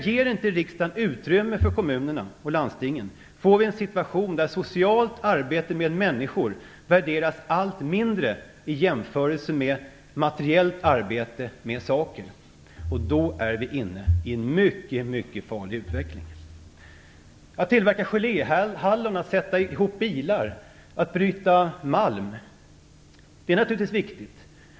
Ger inte riksdagen utrymme för kommunerna och landstingen får vi en situation där socialt arbete med människor värderas allt mindre i jämförelse med materiellt arbete med saker, och då är vi inne i en mycket farlig utveckling. Att tillverka geléhallon, att sätta ihop bilar, att bryta malm - det är naturligtvis viktigt.